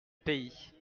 pays